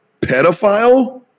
pedophile